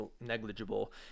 negligible